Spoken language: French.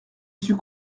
suis